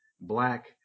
black